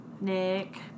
Nick